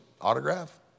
autograph